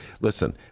listen